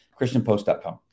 ChristianPost.com